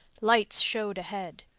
lights showed ahead.